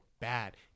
bad